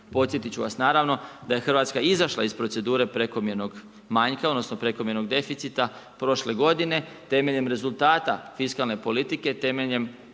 Podsjetit ću vas naravno da je Hrvatska izašla iz procedure prekomjernog manjka odnosno prekomjernog deficita prošle godine temeljem rezultata fiskalne politike, temeljem